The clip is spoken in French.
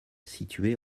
située